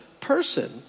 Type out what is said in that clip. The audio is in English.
person